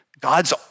God's